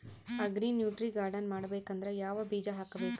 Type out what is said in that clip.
Agri nutri garden ಮಾಡಬೇಕಂದ್ರ ಯಾವ ಬೀಜ ಹಾಕಬೇಕು?